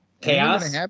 chaos